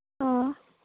ꯑꯣ